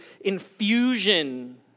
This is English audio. infusion